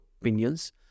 opinions